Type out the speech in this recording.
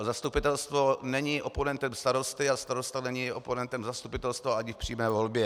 Zastupitelstvo není oponentem starosty a starosta není oponentem zastupitelstva ani v přímé volbě.